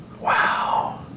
Wow